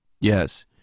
Yes